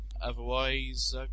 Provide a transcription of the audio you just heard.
otherwise